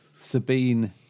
Sabine